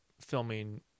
filming